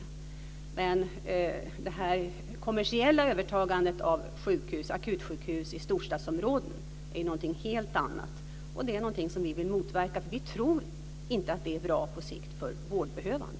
Det kommersiella övertagandet av akutsjukhus i storstadsområden är någonting helt annat. Det är någonting som vi vill motverka. Vi tror inte att det är bra på sikt för de vårdbehövande.